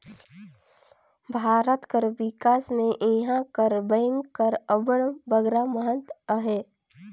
भारत कर बिकास में इहां कर बेंक कर अब्बड़ बगरा महत अहे